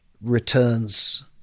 returns